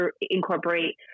incorporate